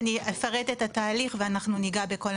אני אפרט את התהליך ואנחנו ניגע בכל הנקודות.